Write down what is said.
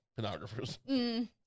pornographers